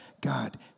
God